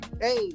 hey